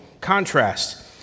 contrast